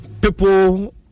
people